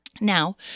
now